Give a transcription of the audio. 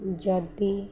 ଯଦି